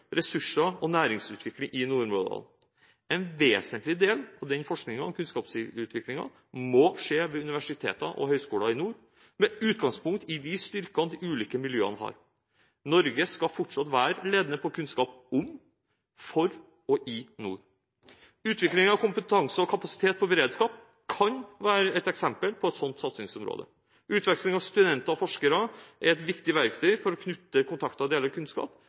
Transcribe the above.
ressurser og næringsutvikling i nordområdene. En vesentlig del av denne forskningen og kunnskapsutviklingen må skje ved universiteter og høyskoler i nord, med utgangspunkt i de styrker de ulike miljøene har. Norge skal fortsatt være ledende på kunnskap om, for og i nord. Utviklingen av kompetanse og kapasitet på beredskap kan være et eksempel på et sånt satsingsområde. Utveksling av studenter og forskere er et viktig verktøy for å knytte kontakter og dele kunnskap.